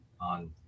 on